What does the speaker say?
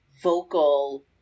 vocal